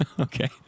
Okay